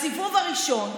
בסיבוב הראשון,